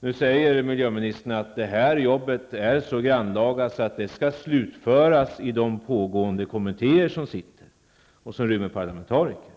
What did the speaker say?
Nu säger miljöministern att det här jobbet är så grannlaga att det skall slutföras i det pågående kommittéarbetet som rymmer parlamentariker.